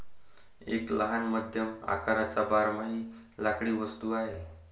एक लहान मध्यम आकाराचा बारमाही लाकडी वनस्पती आहे